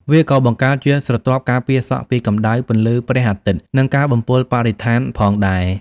វាក៏បង្កើតជាស្រទាប់ការពារសក់ពីកម្ដៅ ពន្លឺព្រះអាទិត្យ និងការបំពុលបរិស្ថានផងដែរ។